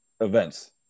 events